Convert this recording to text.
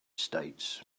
states